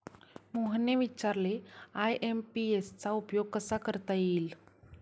मोहनने विचारले आय.एम.पी.एस चा उपयोग कसा करता येईल?